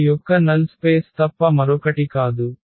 A యొక్క null space తప్ప మరొకటి కాదు